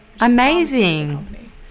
amazing